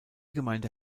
gemeinde